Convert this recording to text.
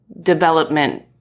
development